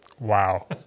Wow